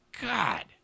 God